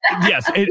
yes